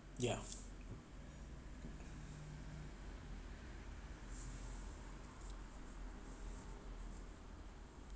yeah